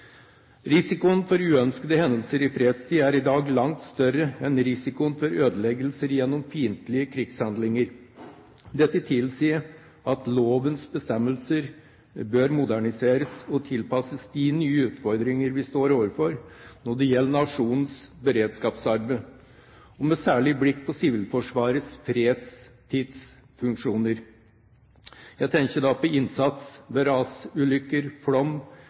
Risikoen for uønskede hendelser i fredstid er i dag langt større enn risikoen for ødeleggelser gjennom fiendtlige krigshandlinger. Dette tilsier at lovens bestemmelser bør moderniseres og tilpasses de nye utfordringer vi står overfor når det gjelder nasjonens beredskapsarbeid – med særlig blikk på Sivilforsvarets fredstidsfunksjoner. Jeg tenker da på innsats ved rasulykker, flom,